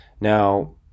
Now